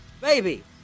baby